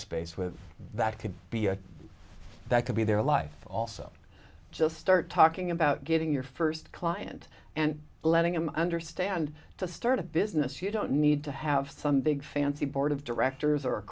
space with that could be a that could be their life also just start talking about getting your first client and letting him understand to start a business you don't need to have some big fancy board of directors or a